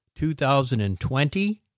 2020